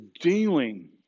dealing